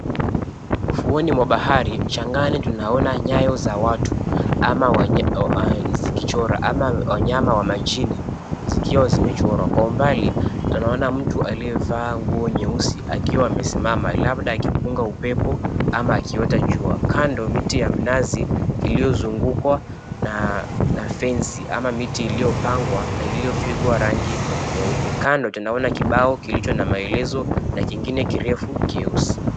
Ufuoni mwa bahari mchangani tunaona nyao za watu ama wanyama zikichora ama wanyama wa majini zikiwa zimechora,. Kwa umbali tunaona mtu aliyevaa nguo nyeusi akiwa amesimama labda akipunga upepo ama akiota jua. Kando miti ya mnazi iliyozungukwa na fensi ama miti na iliyopangwa iliyopigwa rangi nyeupe. Kando tunaona kibao kilicho na maelezo na kingine kirefu kieusi.